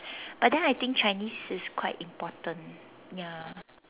but then I think Chinese is quite important ya